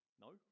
No